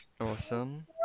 Awesome